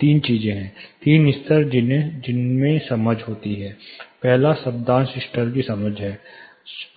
तीन चीजें हैं तीन स्तर जिनमें समझ होती है पहला शब्दांश स्तर की समझ है